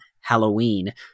Halloween